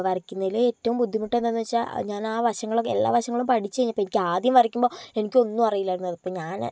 വരക്കുന്നതില് ഏറ്റവും ബുദ്ധിമുട്ട് എന്താന്ന് വച്ചാൽ ഞാൻ ആ വശങ്ങള് എല്ലാ വശങ്ങളും പഠിച്ച് കഴിഞ്ഞപ്പം എനിക്കാദ്യം വരക്കുമ്പോൾ എനിക്ക് എന്നും അറിയില്ലായിരുന്നു അതിപ്പം ഞാന്